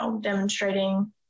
demonstrating